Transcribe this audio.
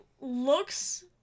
looks